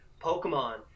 Pokemon